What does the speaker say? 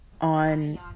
on